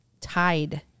Tide